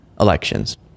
Elections